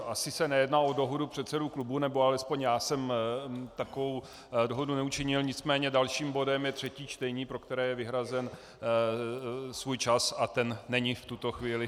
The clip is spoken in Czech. Asi se nejedná o dohodu předsedů klubů, nebo alespoň já jsem takovou dohodu neučinil, nicméně dalším bodem je třetí čtení, pro které je vyhrazen čas, a ten není v tuto chvíli.